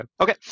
Okay